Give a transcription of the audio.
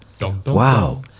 Wow